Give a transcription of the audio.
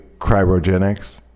cryogenics